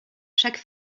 chaque